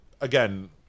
again